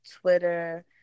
twitter